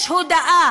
יש הודאה